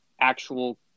actual